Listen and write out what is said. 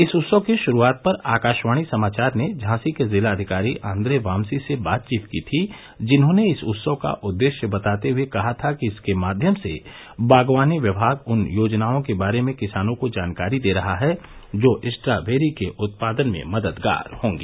इस उत्सव की शुरूआत पर आकाशवाणी समाचार ने झांसी के जिलाधिकारी आंद्रे वामसी से बातचीत की थी जिन्होंने इस उत्सव का उद्देश्य बताते हुए कहा था कि इसके माध्यम से बागवानी विभाग उन योजनाओं के बारे में किसानों को जानकारी दे रहा है जो स्ट्राबेरी के उत्पादन में मददगार होंगी